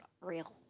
real